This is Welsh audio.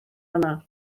yna